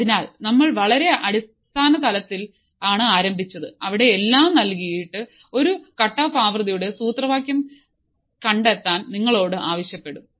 അതിനാൽ നമ്മൾ വളരെ അടിസ്ഥാന തലത്തിലാണ് ആരംഭിച്ചത് അവിടെ എല്ലാം നൽകിയിട്ടു ഒരു കട്ട്ഓഫ് ആവൃത്തിയുടെ സൂത്രവാക്യം കണ്ടെത്താൻ നിങ്ങളോട് ആവശ്യപ്പെടും